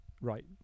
Right